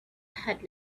had